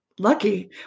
lucky